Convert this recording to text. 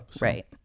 Right